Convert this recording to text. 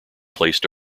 placed